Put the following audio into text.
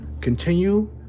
Continue